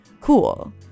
Cool